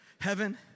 heaven